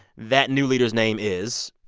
that new leader's name is.